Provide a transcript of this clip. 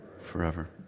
forever